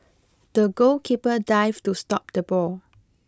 the goalkeeper dived to stop the ball